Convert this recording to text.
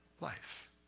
life